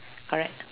correct